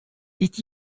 did